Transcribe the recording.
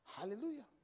Hallelujah